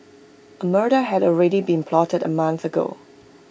A murder had already been plotted A month ago